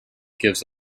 gives